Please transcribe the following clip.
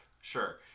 Sure